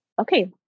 okay